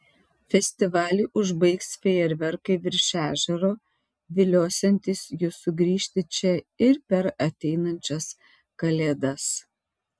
festivalį užbaigs fejerverkai virš ežero viliosiantys jus sugrįžti čia ir per ateinančias kalėdas